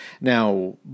Now